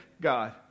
God